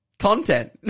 Content